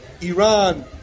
Iran